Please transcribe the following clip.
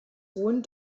hohen